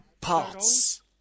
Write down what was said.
parts